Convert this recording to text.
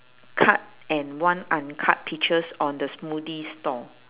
cut and one uncut peaches on the smoothie store